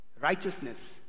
righteousness